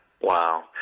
wow